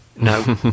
no